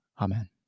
Amen